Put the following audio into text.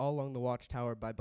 all on the watchtower by